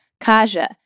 Kaja